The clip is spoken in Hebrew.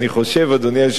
אדוני היושב-ראש,